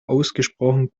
ausgesprochen